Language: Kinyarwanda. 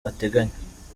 ateganya